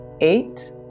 Eight